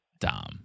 dom